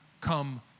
come